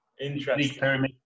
interesting